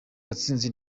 gatsinzi